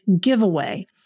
giveaway